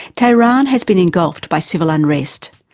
tehran has been engulfed by civil unrest.